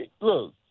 Look